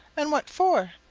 and what for?